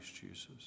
Jesus